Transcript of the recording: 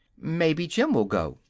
may be jim will go,